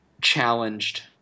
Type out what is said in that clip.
challenged